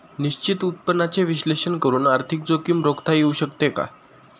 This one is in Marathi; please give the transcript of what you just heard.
निश्चित उत्पन्नाचे विश्लेषण करून आर्थिक जोखीम रोखता येऊ शकते का?